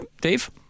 Dave